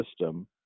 system